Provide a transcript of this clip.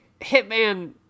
Hitman